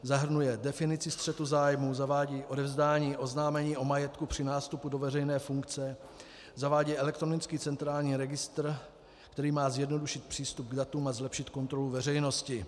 Zahrnuje definici střetu zájmů, zavádí odevzdání oznámení o majetku při nástupu do veřejné funkce, zavádí elektronický centrální registr, který má zjednodušit přístup k datům a zlepšit kontrolu veřejnosti.